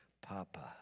Papa